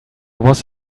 was